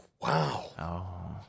wow